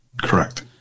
Correct